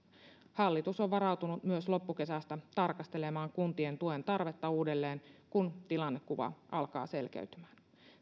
hallitus on varautunut loppukesästä tarkastelemaan kuntien tuentarvetta uudelleen kun tilannekuva alkaa selkeytymään